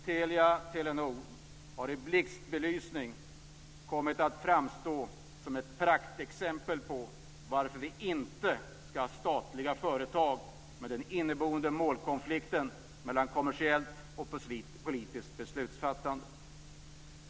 Telia-Telenor har i blixtbelysning kommit att framstå som ett praktexempel på varför vi inte ska ha statliga företag med den inneboende målkonflikten mellan kommersiellt och politiskt beslutsfattande.